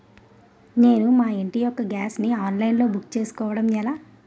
నేను మా ఇంటి యెక్క గ్యాస్ ను ఆన్లైన్ లో బుక్ చేసుకోవడం ఎలా?